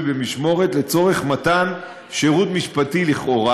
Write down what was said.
במשמורת לצורך מתן שירות משפטי לכאורה,